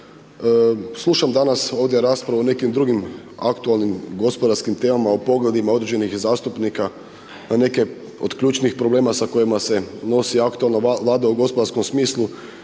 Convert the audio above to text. Slušam danas ovdje raspravu o nekim drugi aktualnim gospodarskim temama o pogledima određenih zastupnika na neke od ključnih problema sa kojima se nosi aktualna Vlada u gospodarskom smislu,